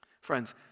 Friends